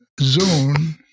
zone